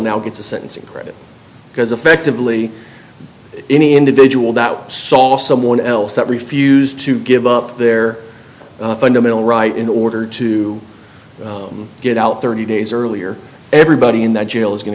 now gets a sentence of credit because effectively any individual that saul someone else that refused to give up their fundamental right in order to get out thirty days earlier everybody in that jail is going